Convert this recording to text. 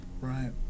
Right